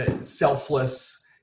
selfless